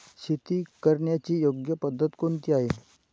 शेती करण्याची योग्य पद्धत कोणती आहे?